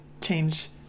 change